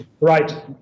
right